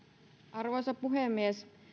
arvoisa puhemies